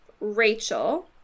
Rachel